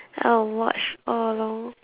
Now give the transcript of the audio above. I will watch all along